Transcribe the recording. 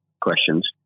questions